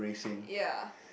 ya